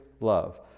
love